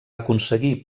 aconseguir